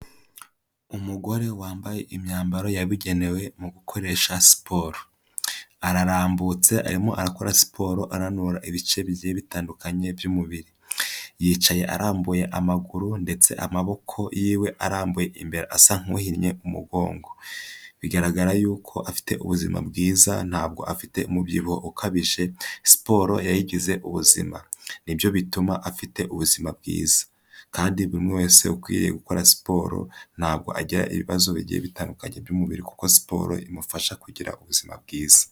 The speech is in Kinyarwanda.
Umugore wambaye imyambaro yabigenewe mu gukoresha siporo, ararambutse, arimo arakora siporo ananura ibice bijyiye bitandukanye by'umubiri, yicaye arambuye amaguru ndetse amaboko y'iwe arambuye imbere asa nk'uhinnye umugongo, bigaragara yuko afite ubuzima bwiza ntabwo afite umubyibuho ukabije, siporo yayigize ubuzima, ni byo bituma afite ubuzima bwiza kandi buri umwe wese ukwiye gukora siporo ntabwo agira ibibazo bigira bitandukanye by'umubiri kuko siporo imufasha kugira ubuzima bwiza.